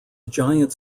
giant